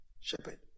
shepherd